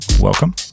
welcome